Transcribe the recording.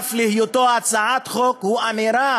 ונוסף על היותו הצעת חוק הוא אמירה,